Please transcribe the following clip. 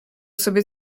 sobie